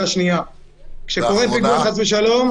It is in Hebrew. +כשקורה משהו חס ושלום,